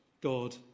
god